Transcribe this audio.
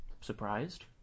surprised